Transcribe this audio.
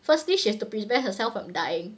firstly she has to prevent herself from dying